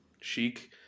chic